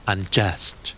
Unjust